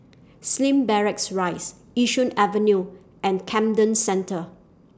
Slim Barracks Rise Yishun Avenue and Camden Centre